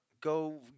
go